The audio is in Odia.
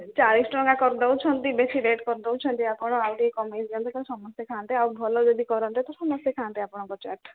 ଚାଳିଶ ଟଙ୍କା କରିଦଉଛନ୍ତି ବେଶୀ ରେଟ୍ କରିଦଉଛନ୍ତି ଆପଣ ଆଉ ଟିକେ କମାଇ ଦିଅନ୍ତୁ ସମସ୍ତେ ଖାଆନ୍ତେ ଆଉ ଭଲ ଯଦି କରନ୍ତେ ତ ସମସ୍ତେ ଖାନ୍ତେ ଆପଣଙ୍କ ଚାଟ୍